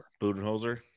Budenholzer